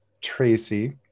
tracy